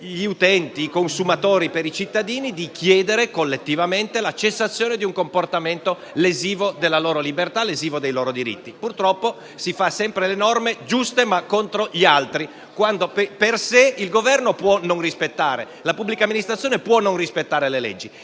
gli utenti, i consumatori, i cittadini, di chiedere collettivamente la cessazione di un comportamento lesivo della loro libertà e dei loro diritti. Purtroppo, si fanno sempre le norme giuste, ma contro gli altri. Quando per sé, il Governo può non rispettare le leggi; la pubblica amministrazione può non rispettare le leggi.